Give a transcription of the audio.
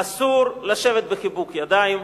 אסור לשבת בחיבוק ידיים,